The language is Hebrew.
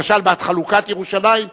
בעד חלוקת ירושלים,